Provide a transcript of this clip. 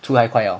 出来快了